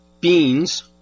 beans